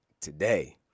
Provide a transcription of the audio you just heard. today